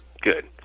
good